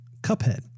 Cuphead